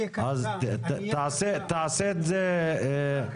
תעשה את זה בשתי